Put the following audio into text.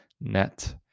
net